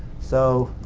so,